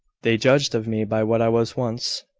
they judged of me by what i was once.